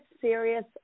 serious